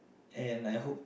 and I hope